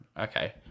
Okay